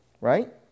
Right